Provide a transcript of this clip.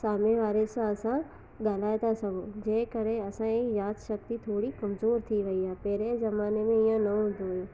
सामने वारे सां असां ॻाल्हाए था सघूं जंहिं करे असांजी यादि शक्ति थोरी कमज़ोरु थी वई आहे पहिरें ज़माने में ईअं न हूंदो हुयो